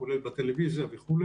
כולל בטלוויזיה וכו',